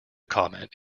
comment